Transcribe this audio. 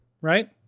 right